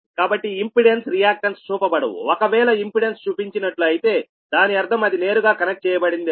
కాబట్టి impedance reactance చూపబడవు ఒకవేళ ఇంపెడెన్స్ చూపించినట్లు అయితే దాని అర్థం అది నేరుగా కనెక్ట్ చేయబడింది అని